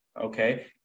okay